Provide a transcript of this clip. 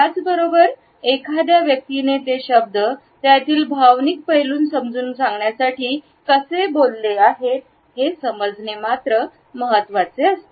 त्याचबरोबर एखाद्या व्यक्तीने ते शब्द त्यातील भावनिक पैलू समजून सांगण्यासाठी कसे बोलले आहेत हे समजणे महत्त्वाचे असते